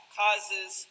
causes